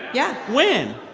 yeah when?